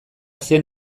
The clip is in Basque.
zen